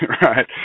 right